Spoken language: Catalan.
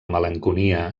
malenconia